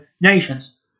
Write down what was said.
nations